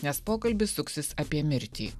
nes pokalbis suksis apie mirtį